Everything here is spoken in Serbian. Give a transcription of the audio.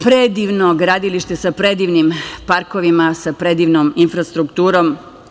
Predivno gradilište sa predivnim parkovima, sa predivnom infrastrukturom.